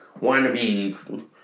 wannabe